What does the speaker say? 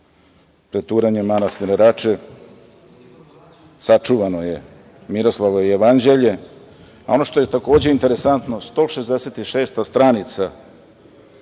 Preturanjem manastira Rače sačuvano je Miroslavljevo jevanđelje. Ono što je takođe interesantno, 166. stranica